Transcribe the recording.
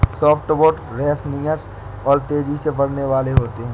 softwood resinous और तेजी से बढ़ने वाले होते हैं